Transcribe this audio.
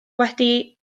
wedi